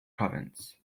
province